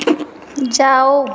जाओ